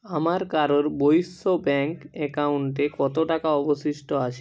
আমার কারুর বৈশ্য ব্যাঙ্ক অ্যাকাউন্টে কত টাকা অবশিষ্ট আছে